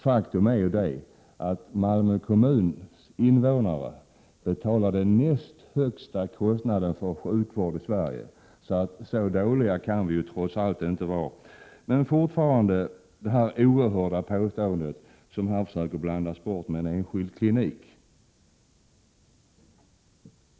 Faktum är att Malmö kommuns invånare betalar den näst högsta kostnaden för sjukvården i Sverige. Så dåliga kan vi trots allt inte vara. Jag har fortfarande svårt att förstå det här oerhörda påståendet, som man här nu försöker blanda bort med att hänvisa till en enskild klinik.